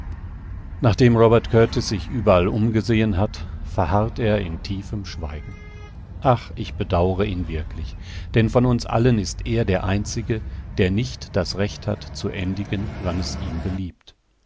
nachdem robert kurtis sich überall umgesehen hat verharrt er in tiefem schweigen ach ich bedaure ihn wirklich denn von uns allen ist er der einzige der nicht das recht hat zu endigen wann es ihm beliebt